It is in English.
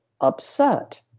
upset